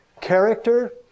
character